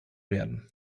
werden